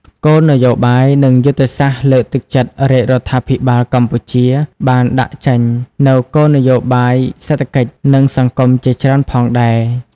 គោលនយោបាយនិងយុទ្ធសាស្រ្តលើកទឹកចិត្តរាជរដ្ឋាភិបាលកម្ពុជា បានដាក់ចេញនូវគោលនយោបាយសេដ្ឋកិច្ច និងសង្គមជាច្រើនផងដែរ។